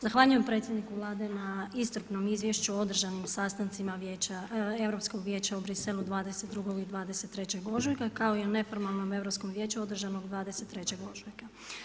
Zahvaljujem predsjedniku Vlade na iscrpnom izvješću o održanim sastancima Europskog vijeća u Briselu 22. i 23. ožujka, kao i u neformalnom europskom vijeću održanog 23. ožujka.